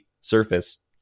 Surface